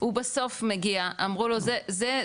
הוא בסוף מגיע, אמרו לו זה הדירה